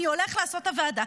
אני הולך לעשות את הוועדה.